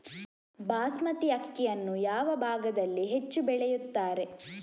ಬಾಸ್ಮತಿ ಅಕ್ಕಿಯನ್ನು ಯಾವ ಭಾಗದಲ್ಲಿ ಹೆಚ್ಚು ಬೆಳೆಯುತ್ತಾರೆ?